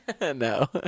No